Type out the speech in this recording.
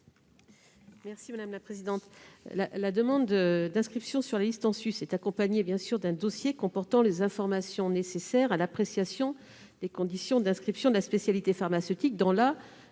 l'avis de la commission ? La demande d'inscription sur la liste en sus est accompagnée d'un dossier comportant les informations nécessaires à l'appréciation des conditions d'inscription de la spécialité pharmaceutique dans la